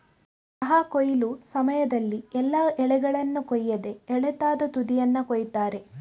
ಚಹಾ ಕೊಯ್ಲು ಸಮಯದಲ್ಲಿ ಎಲ್ಲಾ ಎಲೆಗಳನ್ನ ಕೊಯ್ಯದೆ ಎಳತಾದ ತುದಿಯನ್ನ ಕೊಯಿತಾರೆ